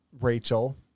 rachel